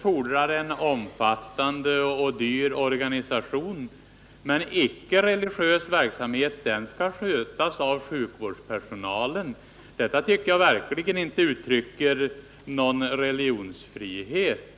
fordras en omfattande och dyr organisation men att icke-religiös verksamhet skall skötas av sjukvårdspersonalen. Detta tycker jag verkligen inte uttrycker någon religionsfrihet.